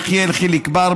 יחיאל חיליק בר,